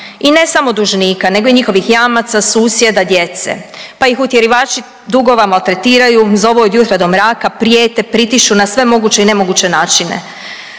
I ne samo dužnika nego i njihovih jamaca, susjeda, djece, pa ih utjerivači dugova maltretiraju, zovu od jutra do mraka, prijete, pritišću na sve moguće i nemoguće načine.